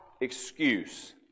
excuse